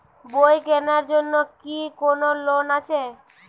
বই কেনার জন্য কি কোন লোন আছে?